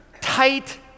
tight